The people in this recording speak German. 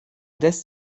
lässt